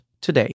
today